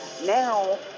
now